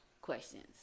questions